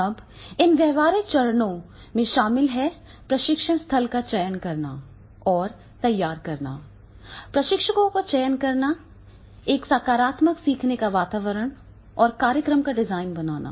अब इन व्यावहारिक चरणों में शामिल हैं प्रशिक्षण स्थल का चयन करना और तैयार करना प्रशिक्षकों का चयन करना एक सकारात्मक सीखने का वातावरण और कार्यक्रम का डिज़ाइन बनाना